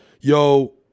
yo